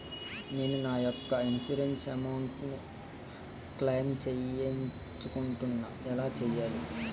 నేను నా యెక్క ఇన్సురెన్స్ అమౌంట్ ను క్లైమ్ చేయాలనుకుంటున్నా ఎలా చేయాలి?